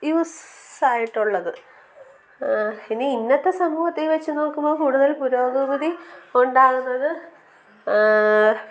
യൂസ്സായിട്ടുള്ളത് ഇനി ഇന്നത്തെ സമൂഹത്തിൽ വെച്ച് നോക്കുമ്പോൾ കൂടുതൽ പുരോഗതി ഉണ്ടാകുന്നത്